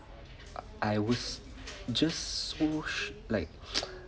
I was just swoosh like